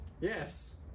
Yes